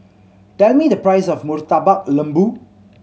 tell me the price of Murtabak Lembu